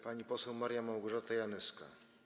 Pani poseł Maria Małgorzata Janyska.